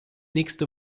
nächste